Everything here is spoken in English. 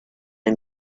and